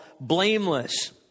blameless